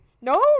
No